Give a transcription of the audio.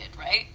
right